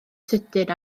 sydyn